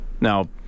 Now